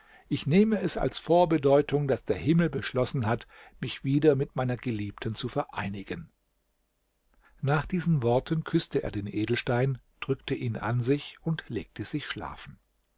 ich nehme es als vorbedeutung daß der himmel beschlossen hat mich wieder mit meiner geliebten zu vereinigen nach diesen worten küßte er den edelstein drückte ihn an sich und legte sich schlafen